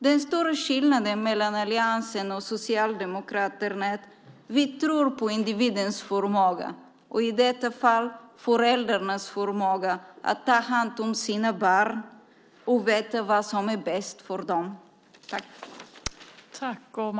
Den stora skillnaden mellan alliansen och Socialdemokraterna är att vi tror på individens förmåga och i detta fall föräldrarnas förmåga att ta hand om sina barn och veta vad som är bäst för dem.